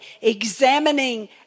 examining